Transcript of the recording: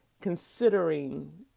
considering